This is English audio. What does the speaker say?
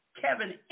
Kevin